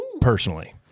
personally